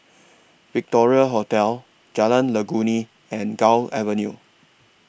Victoria Hotel Jalan Legundi and Gul Avenue